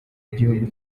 y’igihugu